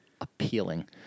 appealing